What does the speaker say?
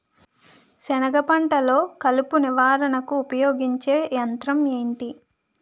సెనగ పంటలో కలుపు నివారణకు ఉపయోగించే యంత్రం ఏంటి?